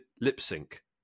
lip-sync